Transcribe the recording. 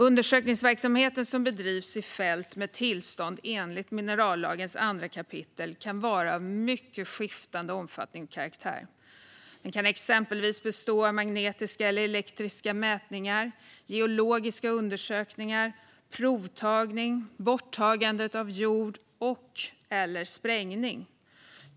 Undersökningsverksamhet som bedrivs i fält med tillstånd enligt minerallagens andra kapitel kan vara av mycket skiftande omfattning och karaktär. Den kan exempelvis bestå av magnetiska eller elektriska mätningar, geologiska undersökningar, provtagning, borttagande av jord och/eller sprängning.